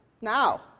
Now